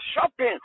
shopping